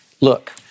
Look